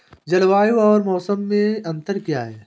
जलवायु और मौसम में अंतर क्या है?